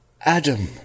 Adam